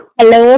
Hello